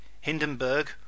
Hindenburg